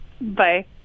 Bye